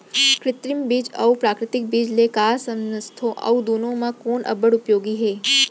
कृत्रिम बीज अऊ प्राकृतिक बीज ले का समझथो अऊ दुनो म कोन अब्बड़ उपयोगी हे?